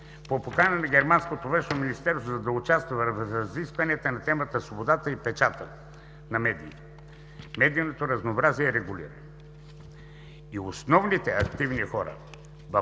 по покана на германското Външно министерство, за да участва в разискванията по темата „Свободата и печата на медиите“. Медийното разнообразие е регулирано и основните активни хора в